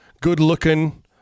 good-looking